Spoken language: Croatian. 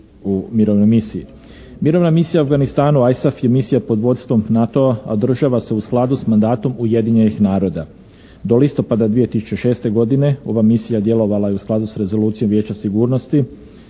Mirovna misija u Afganistanu /ISAF/ je misija pod vodstvom NATO-a, a održava se u skladu s mandatom Ujedinjenih naroda. Do listopada 2006. godine ova misija djelovala je u skladu s Rezolucijom Vijeća sigurnosti